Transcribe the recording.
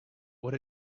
would